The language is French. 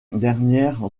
dernière